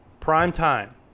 primetime